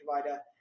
provider